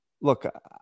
look